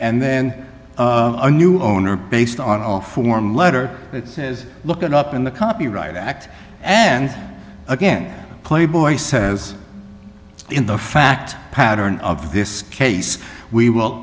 and then a new owner based on our form letter it says look it up in the copyright act and again playboy says in the fact pattern of this case we will